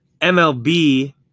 MLB